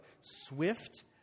swift